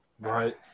right